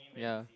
ya